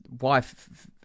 wife